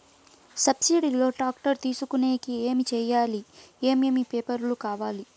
Subsidy లో tractor తీసుకొనేకి ఏమి చేయాలి? ఏమేమి పేపర్లు కావాలి?